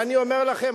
ואני אומר לכם,